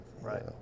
right